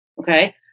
okay